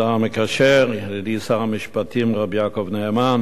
השר המקשר, ידידי שר המשפטים, ר' יעקב נאמן,